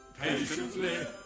patiently